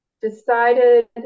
decided